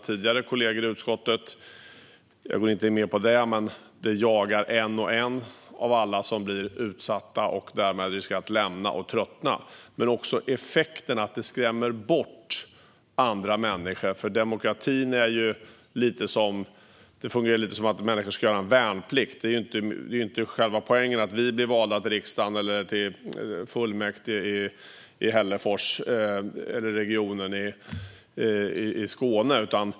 Jag går inte in mer på det, men det jagar var och en som blir utsatt och som därmed riskerar att tröttna och lämna sitt uppdrag. Men effekten blir också att det skrämmer bort andra. Demokratin fungerar lite som att människor ska göra värnplikt. Själva poängen är inte att vi ska bli invalda i riksdagen, i fullmäktige i Hällefors eller i Region Skåne.